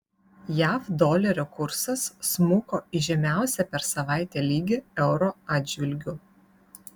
jav dolerio kursas smuko į žemiausią per savaitę lygį euro atžvilgiu